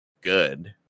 good